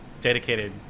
dedicated